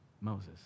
Moses